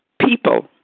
people